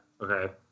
Okay